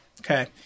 Okay